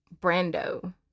Brando